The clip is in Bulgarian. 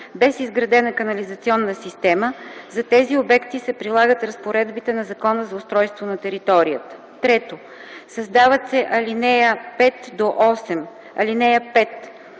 без изградена канализационна система; за тези обекти се прилагат разпоредбите на Закона за устройство на територията.” 3. Създават се ал. 5 - 8: